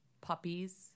Puppies